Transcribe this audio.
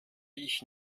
ich